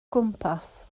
gwmpas